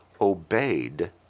obeyed